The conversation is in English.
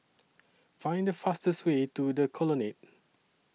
Find The fastest Way to The Colonnade